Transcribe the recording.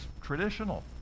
traditional